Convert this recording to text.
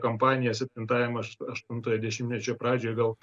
kampaniją septintajam aš aštuntojo dešimtmečio pradžioj gal